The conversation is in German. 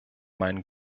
meinen